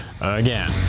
again